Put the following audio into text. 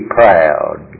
proud